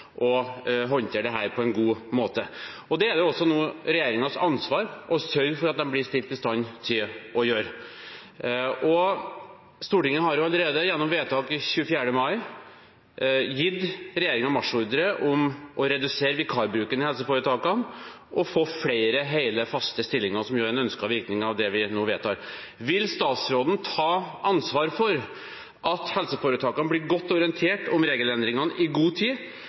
å håndtere dette på en god måte. Det er regjeringens ansvar å sørge for at de blir satt i stand til å gjøre det. Stortinget har allerede ved vedtak 24. mai gitt regjeringen marsjordre om å redusere vikarbruken i helseforetakene og å få flere hele, faste stillinger, som er en ønsket virkning av det vi nå vedtar. Vil statsråden ta ansvar for at helseforetakene blir godt orientert om regelendringene i god tid,